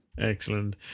Excellent